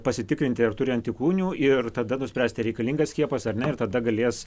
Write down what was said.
pasitikrinti ar turi antikūnų ir tada nuspręsti ar reikalingas skiepas ar ne ir tada galės